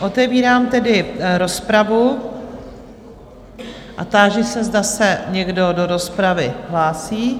Otevírám tedy rozpravu a táži se, zda se někdo do rozpravy hlásí?